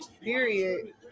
Period